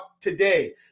today